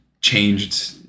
changed